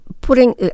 putting